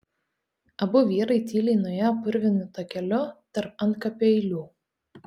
abu vyrai tyliai nuėjo purvinu takeliu tarp antkapių eilių